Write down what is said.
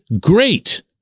great